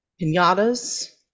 pinatas